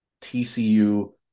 TCU